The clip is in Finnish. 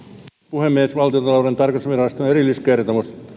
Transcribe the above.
puhemies valtiontalouden tarkastusviraston erilliskertomus